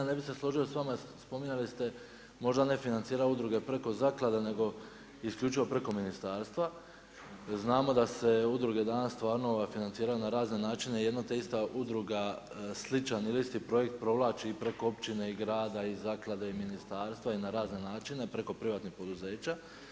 Ne bi se složio s vama, spominjali ste možda ne financiranje udruge preko zaklada nego isključivo preko ministarstva, znamo da se udruge danas stvarno financiraju na razne načine, jedno te ista udruga sličan ili isti projekt provlači i preko općine i grada, i zaklada i ministarstva i na razne načine, preko privatnih poduzeća.